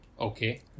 Okay